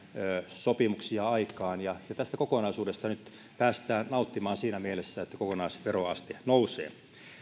sopimuksia aikaan tästä kokonaisuudesta nyt päästään nauttimaan siinä mielessä että kokonaisveroaste nousee